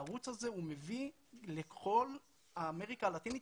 הערוץ הזה מביא לכל אמריקה הלטינית,